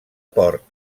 port